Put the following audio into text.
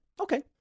Okay